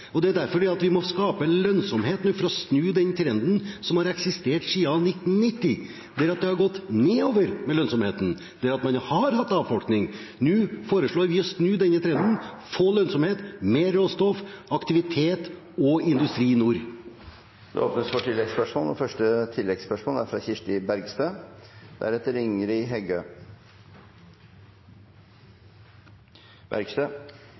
Det er derfor vi må skape en lønnsomhet for å snu den trenden, som har eksistert siden 1990, da det har gått nedover med lønnsomheten, og man har hatt avfolkning. Nå foreslår vi å snu denne trenden – få lønnsomhet, mer råstoff, aktivitet og industri i nord. Det åpnes for oppfølgingsspørsmål – først Kirsti Bergstø. Dette kystopprøret, som alle mener er